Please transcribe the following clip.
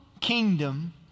kingdom